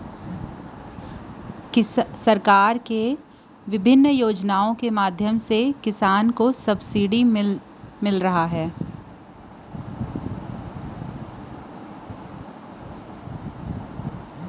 सरकार के किसम किसम के योजना के माधियम ले किसान ल सब्सिडी मिलत हे